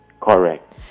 Correct